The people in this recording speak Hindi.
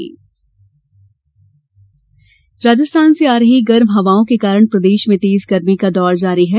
मौसम राजस्थान से आ रही गर्म हवाओं के कारण प्रदेश में तेज गर्मी का दौर जारी है